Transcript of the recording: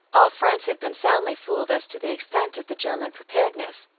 all france had been soundly fooled as to the extent of the german preparedness.